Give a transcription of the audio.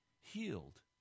healed